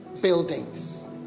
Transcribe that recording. buildings